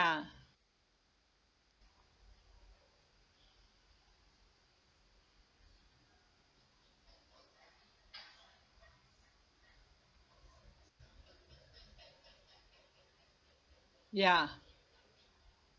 ya